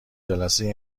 جلسه